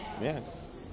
Yes